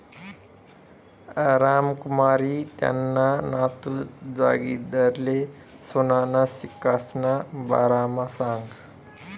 रामकुमारनी त्याना नातू जागिंदरले सोनाना सिक्कासना बारामा सांगं